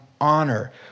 honor